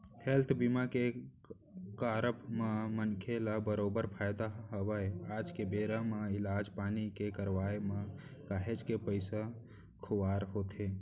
health बीमा के कारब म मनखे ल बरोबर फायदा हवय आज के बेरा म इलाज पानी के करवाय म काहेच के पइसा खुवार होथे